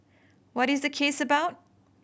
what is the case about